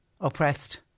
oppressed